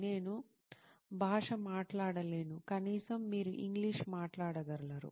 నేను భాష మాట్లాడలేను కనీసం మీరు ఇంగ్లీష్ మాట్లాడగలరు